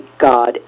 God